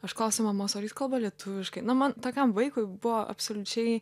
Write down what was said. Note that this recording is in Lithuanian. aš klausiu mamos ar jis kalba lietuviškai na man tokiam vaikui buvo absoliučiai